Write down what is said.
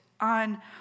on